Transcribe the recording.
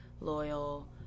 loyal